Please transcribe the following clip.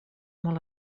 molt